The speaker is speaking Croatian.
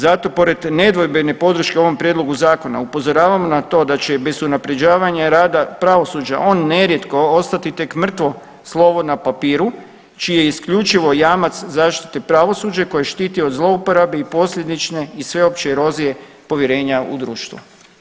Zato pored nedvojbene podrške ovom prijedlogu zakona upozoravamo na to da će bez unaprjeđavanja rada pravosuđa on nerijetko ostati tek mrtvo slovo na papiru čiji je isključivo jamac zaštite pravosuđa koje štiti od zlouporabe i posljedične i sveopće erozije povjerenja u društvo.